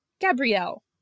Gabrielle